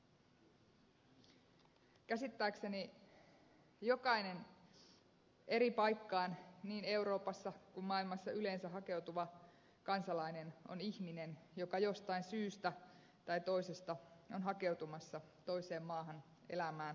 käsittääkseni jokainen eri paikkaan niin euroopassa kuin maailmassa yleensä hakeutuva kansalainen on ihminen joka syystä tai toisesta on hakeutumassa toiseen maahan elämään tai käymään